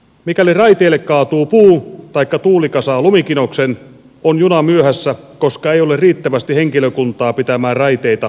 mikäli raiteille kaatuu puu taikka tuuli kasaa lumikinoksen on juna myöhässä koska ei ole riittävästi henkilökuntaa pitämään raiteita kulkukelpoisina